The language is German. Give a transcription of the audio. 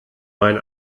mein